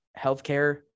healthcare